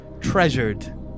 treasured